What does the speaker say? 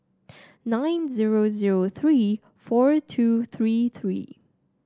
nine zero zero three four two three three